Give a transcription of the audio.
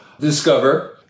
discover